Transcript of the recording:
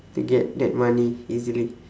to get that money easily